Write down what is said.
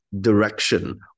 direction